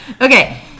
Okay